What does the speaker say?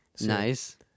Nice